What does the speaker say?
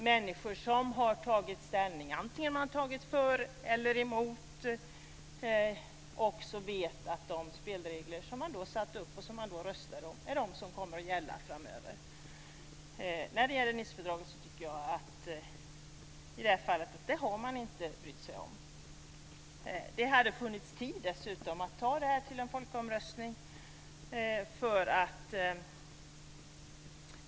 Människor som har tagit ställning, antingen det nu är för eller emot, måste veta att de spelregler som man röstade om är de som kommer att gälla framöver. Jag tycker inte att man har brytt sig om detta när det gäller Nicefördraget. Det hade dessutom funnits tid att ta detta till en folkomröstning.